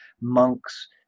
monks